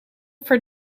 for